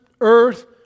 earth